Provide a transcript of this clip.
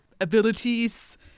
abilities